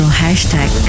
hashtag